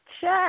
check